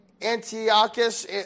Antiochus